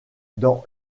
dans